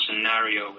scenario